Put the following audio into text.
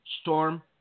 storm